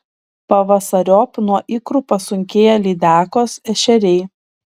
pavasariop nuo ikrų pasunkėja lydekos ešeriai